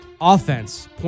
offense